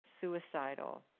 suicidal